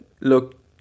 look